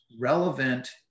relevant